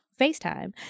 FaceTime